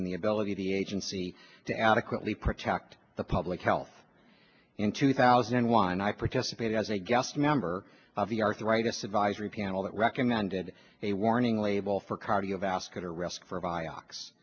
in the ability of the agency to adequately protect the public health in two thousand and one i participated as a guest member of the arthritis advisory panel that recommended a warning label for cardiovascular risk for